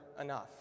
enough